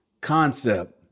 concept